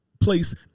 Place